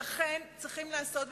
לכן צריכים לעשות,